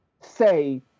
say